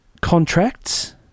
contracts